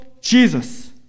Jesus